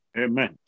Amen